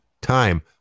time